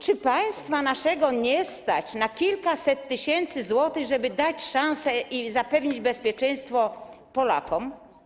Czy państwa naszego nie stać na kilkaset tysięcy złotych, żeby dać szansę i zapewnić bezpieczeństwo Polakom?